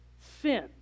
sin